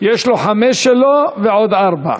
יש לו חמש שלו ועוד ארבע.